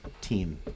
team